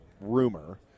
rumor